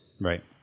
Right